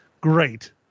Great